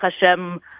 Hashem